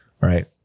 right